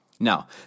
Now